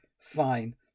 fine